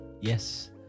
yes